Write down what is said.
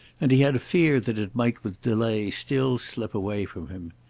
and he had a fear that it might with delay still slip away from him.